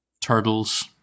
Turtles